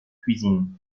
cuisine